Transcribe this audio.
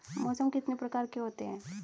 मौसम कितने प्रकार के होते हैं?